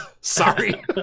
Sorry